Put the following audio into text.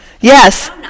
Yes